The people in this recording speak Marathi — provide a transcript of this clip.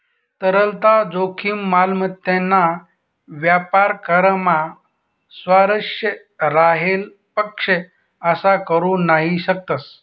तरलता जोखीम, मालमत्तेना व्यापार करामा स्वारस्य राहेल पक्ष असा करू नही शकतस